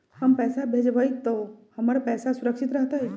हम पैसा भेजबई तो हमर पैसा सुरक्षित रहतई?